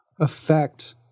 affect